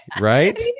Right